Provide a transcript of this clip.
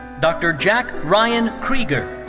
dr. jack ryan krieger.